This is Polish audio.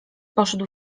poszedł